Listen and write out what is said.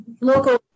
local